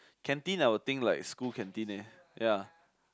canteen I will think like school canteen leh ya